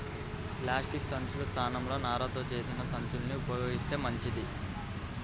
plastic సంచుల స్థానంలో నారతో చేసిన సంచుల్ని ఉపయోగిత్తే మంచిది